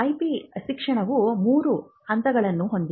IP ಶಿಕ್ಷಣವು ಮೂರು ಹಂತಗಳನ್ನು ಹೊಂದಿದೆ